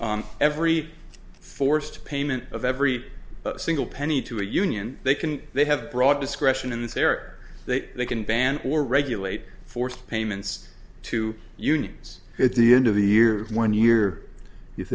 every forced payment of every single penny to a union they can they have broad discretion in this area are they they can ban or regulate forced payments to unions at the end of the year one year i